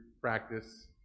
practice